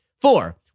Four